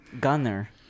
gunner